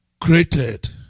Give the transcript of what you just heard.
created